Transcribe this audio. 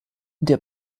der